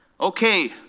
okay